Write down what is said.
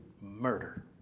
murder